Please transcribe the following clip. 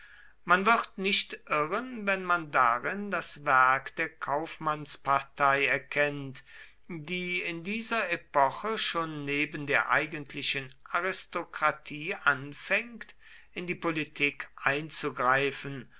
man wird nicht irren wenn man darin das werk der kaufmannspartei erkennt die in dieser epoche schon neben der eigentlichen aristokratie anfängt in die politik einzugreifen